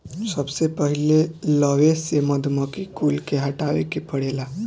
सबसे पहिले लवे से मधुमक्खी कुल के हटावे के पड़ेला